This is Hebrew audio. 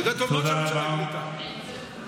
אתה יודע טוב מאוד שהממשלה החליטה.